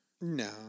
No